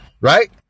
right